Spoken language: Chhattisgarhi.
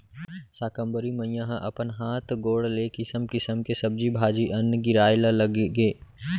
साकंबरी मईया ह अपन हात गोड़ ले किसम किसम के सब्जी भाजी, अन्न गिराए ल लगगे